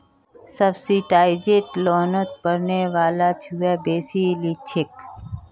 subsidised लोनोत पढ़ने वाला छुआ बेसी लिछेक